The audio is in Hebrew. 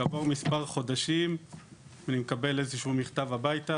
כעבור מספר חודשים אני מקבל איזשהו מכתב הביתה,